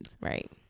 Right